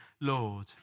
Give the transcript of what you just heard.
Lord